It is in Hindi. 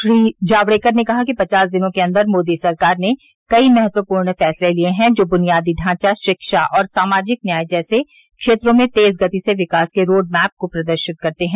श्री जावड़ेकर ने कहा कि पचास दिनों के अन्दर मोदी सरकार ने कई महत्वपूर्ण फैसले लिये हैं जो बुनियादी ढांचा रिक्षा और सामाजिक न्याय जैसे क्षेत्रों में तेज गति से विकास के रोडमैप को प्रदर्शित करते हैं